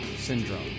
Syndrome